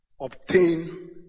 obtain